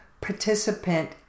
participant